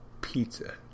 pizza